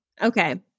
Okay